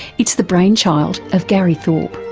it's the brainchild of gary thorpe.